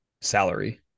salary